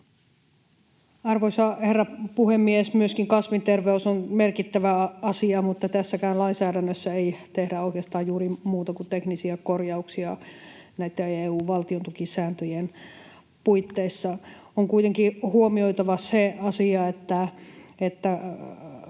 Arvoisa herra puhemies! Myöskin kasvin terveys on merkittävä asia, mutta tässäkään lainsäädännössä ei tehdä oikeastaan juuri muuta kuin teknisiä korjauksia näitten EU:n valtiontukisääntöjen puitteissa. On kuitenkin huomioitava se asia, että